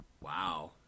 Wow